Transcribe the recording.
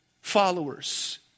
followers